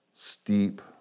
steep